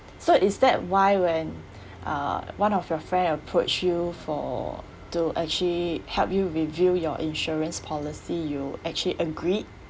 so is that why when uh one of your friend approach you for to actually help you review your insurance policy you actually agreed